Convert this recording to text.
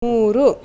ಮೂರು